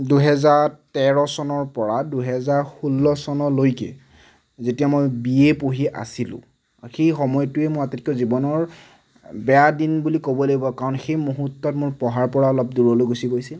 দুহেজাৰ তেৰ চনৰপৰা দুহেজাৰ ষোল্ল চনলৈকে যেতিয়া মই বি এ পঢ়ি আছিলোঁ সেই সময়টোৱে মোৰ আটাইতকৈ জীৱনৰ বেয়া দিন বুলি ক'ব লাগিব কাৰণ সেই মুহূৰ্তত মোৰ পঢ়াৰপৰা অলপ দূৰলৈ গুচি গৈছিল